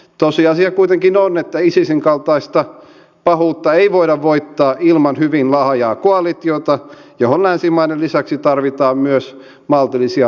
tosiasia kuitenkin on että isisin kaltaista pahuutta ei voida voittaa ilman hyvin laajaa koalitiota johon länsimaiden lisäksi tarvitaan myös maltillisia islamilaisia maita